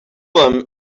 them